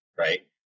Right